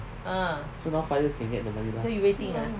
so now five years can get the money ah